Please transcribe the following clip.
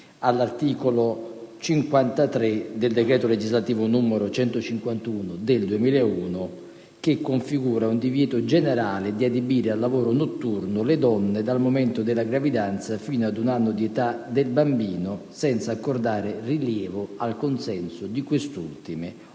all'articolo 53 del decreto legislativo n. 151 del 2001, che configura un divieto generale di adibire al lavoro notturno le donne dal momento della gravidanza fino ad un anno di età del bambino, senza accordare rilievo al consenso di queste ultime, ovvero